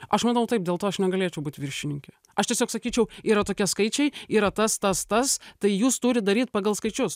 aš manau taip dėl to aš negalėčiau būt viršininkė aš tiesiog sakyčiau yra tokie skaičiai yra tas tas tas tai jūs turit daryt pagal skaičius